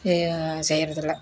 செய்கிறது இல்லை